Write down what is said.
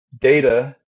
data